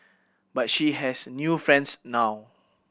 but she has new friends now